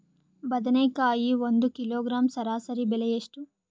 ಬದನೆಕಾಯಿ ಒಂದು ಕಿಲೋಗ್ರಾಂ ಸರಾಸರಿ ಬೆಲೆ ಎಷ್ಟು?